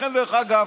לכן, דרך אגב,